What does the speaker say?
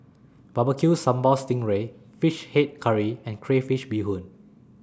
Barbecue Sambal Sting Ray Fish Head Curry and Crayfish Beehoon